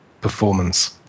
performance